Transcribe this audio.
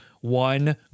one